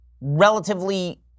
relatively